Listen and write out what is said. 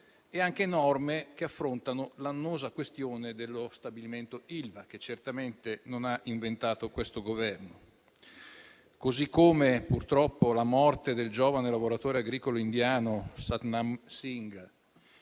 sia norme che affrontano l'annosa questione dello stabilimento Ilva, che certamente non ha inventato questo Governo. Allo stesso modo, purtroppo, la morte del giovane lavoratore agricolo indiano Satnam Singh,